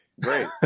great